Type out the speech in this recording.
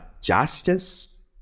justice